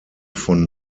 von